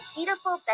Beautiful